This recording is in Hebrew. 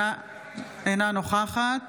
אינה נוכחת